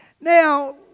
Now